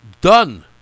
done